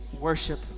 worship